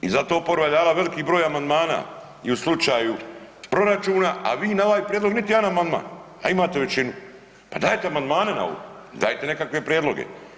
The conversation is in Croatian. I zato oporba je dala veliki broj amandmana i u slučaju proračuna, a vi na ovaj prijedlog niti jedan amandman, a imate većinu, pa dajte amandmane na ovo, dajte nekakve prijedloge.